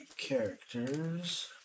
characters